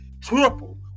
triple